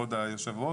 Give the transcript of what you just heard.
כבוד היושב-ראש,